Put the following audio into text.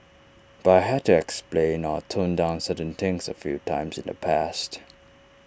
but I had to explain or tone down certain things A few times in the past